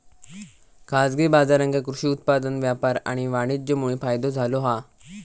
खाजगी बाजारांका कृषि उत्पादन व्यापार आणि वाणीज्यमुळे फायदो झालो हा